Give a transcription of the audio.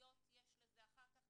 חברתיות יש לזה אחר כך,